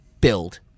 build